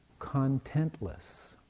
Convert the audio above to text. contentless